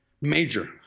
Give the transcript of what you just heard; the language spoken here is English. major